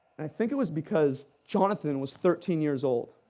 and i think it was because jonathan was thirteen years old.